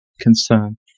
concern